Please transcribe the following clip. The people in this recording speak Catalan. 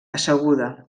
asseguda